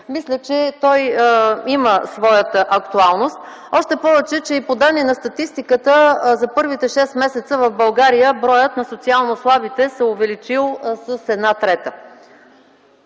мисля, че той има своята актуалност. Още повече че и по данни на статистиката за първите шест месеца в България броят на социално слабите се е увеличил с една трета.